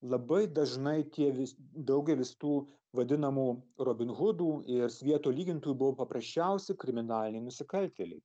labai dažnai tie vis daugelis tų vadinamų robin hudų ir svieto lygintojų buvo paprasčiausi kriminaliniai nusikaltėliai